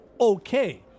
Okay